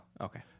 Okay